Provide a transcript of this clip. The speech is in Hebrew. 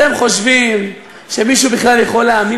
אתם חושבים שמישהו בכלל יכול להאמין